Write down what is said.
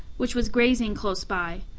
which was grazing close by,